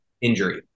injury